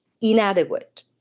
inadequate